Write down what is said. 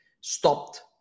stopped